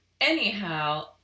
Anyhow